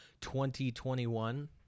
2021